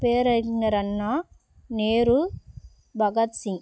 பேரறிஞர் அண்ணா நேரு பகத்சிங்